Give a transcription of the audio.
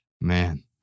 Man